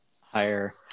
higher